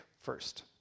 first